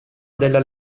della